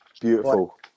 Beautiful